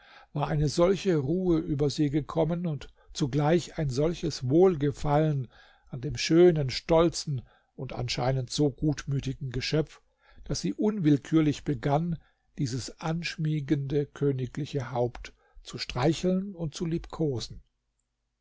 war eine solche ruhe über sie gekommen und zugleich ein solches wohlgefallen an dem schönen stolzen und anscheinend so gutmütigen geschöpf daß sie unwillkürlich begann dies anschmiegende königliche haupt zu streicheln und zu liebkosen